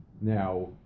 Now